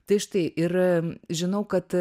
tai štai ir žinau kad